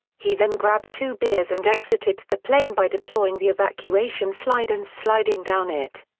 he then grabbed two beers and exited the plane by deploying the evacuation slide and sliding down it.